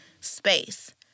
space